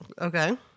Okay